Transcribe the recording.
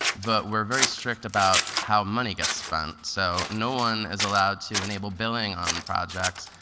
but we're very strict about how money gets spent. so no one is allowed to enable billing on projects,